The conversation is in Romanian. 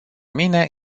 mine